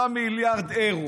3 מיליארד אירו.